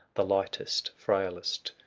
the lightest, frailest,